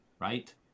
right